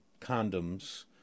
condoms